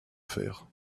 faire